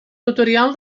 notarial